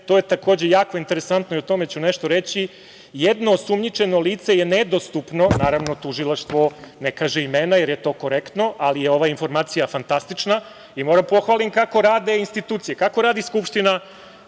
dok je, to je jako interesantno i o tome ću nešto reći, jedno osumnjičeno lice nedostupno. Naravno, Tužilaštvo ne kaže imena, jer je to korektno, ali je ova informacija fantastična i moram da pohvalim kako rade institucije, kako radi Skupština.